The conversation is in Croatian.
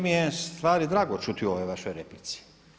Meni je u stvari drago čuti u ovoj vašoj replici.